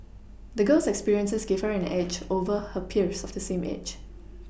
the girl's experiences gave her an edge over her peers of the same age